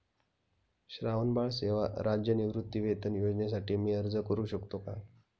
श्रावणबाळ सेवा राज्य निवृत्तीवेतन योजनेसाठी मी अर्ज करू शकतो का?